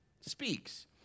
speaks